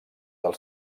del